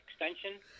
extension